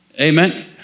Amen